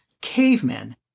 cavemen